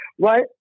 right